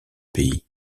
pays